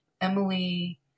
Emily